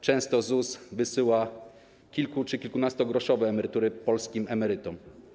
Często ZUS wysyła kilku- czy kilkunastogroszowe emerytury polskim emerytom.